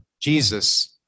Jesus